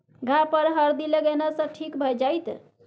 घाह पर हरदि लगेने सँ ठीक भए जाइत